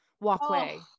walkway